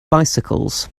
bicycles